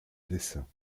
dessins